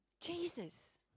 Jesus